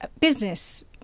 business